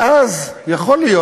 ואז יכול להיות,